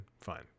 Fine